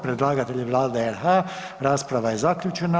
Predlagatelj je Vlada RH, rasprava je zaključena.